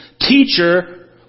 Teacher